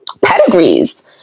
pedigrees